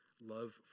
love